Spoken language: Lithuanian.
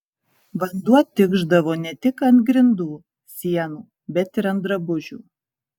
vanduo tikšdavo ne tik ant grindų sienų bet ir ant drabužių